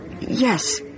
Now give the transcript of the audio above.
Yes